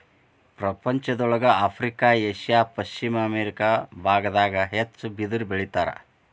ಪ್ರಪಂಚದೊಳಗ Africa Asia ಪಶ್ಚಿಮ America ಬಾಗದಾಗ ಹೆಚ್ಚ ಬಿದಿರ ಬೆಳಿತಾರ